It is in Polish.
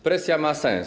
Presja ma sens.